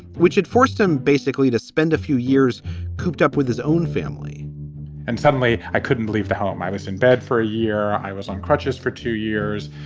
which had forced him basically to spend a few years cooped up with his own family and suddenly i couldn't leave the home. i was in bed for a year. i was on crutches for two years.